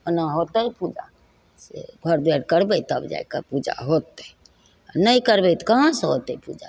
ओना होतय पूजा से घर दुआरि करबय तब जा कऽ पूजा होतय नहि करबय तऽ कहाँसँ होतय पूजा